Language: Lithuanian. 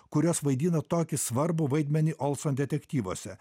kurios vaidina tokį svarbų vaidmenį olson detektyvuose